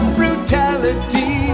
brutality